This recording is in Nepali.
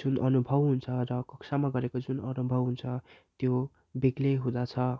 जुन अनुभव हुन्छ र कक्षामा गरेको जुन अनुभव हुन्छ त्यो बेग्लै हुँदछ